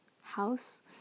house